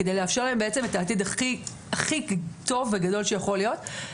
כדי לאפשר להם בעצם את העתיד הכי טוב וגדול שיכול להיות.